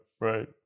right